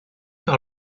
par